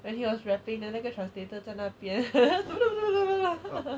when he was wrapping then 那个 translator 在那边